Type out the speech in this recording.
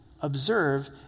Observe